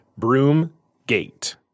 Broomgate